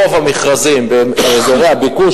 רוב המכרזים באזורי הביקוש,